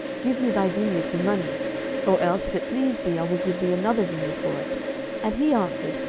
give me thy vineyard for money or else, if it please thee, i will give thee another vineyard for it and he answered,